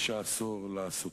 ואסור לעשותו.